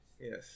Yes